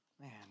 man